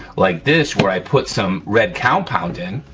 like this, where i put some red compound in,